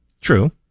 True